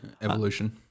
Evolution